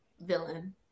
villain